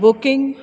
booking